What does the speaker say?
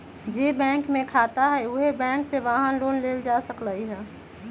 जे बैंक में खाता हए उहे बैंक से वाहन लोन लेल जा सकलई ह